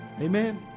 Amen